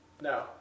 No